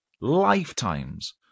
lifetimes